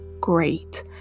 great